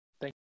thank